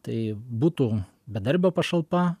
tai būtų bedarbio pašalpa